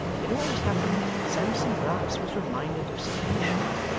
it always happened that sampson brass was reminded of some mission,